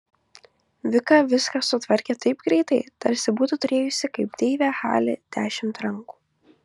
vika viską sutvarkė taip greitai tarsi būtų turėjusi kaip deivė hali dešimt rankų